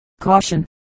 Caution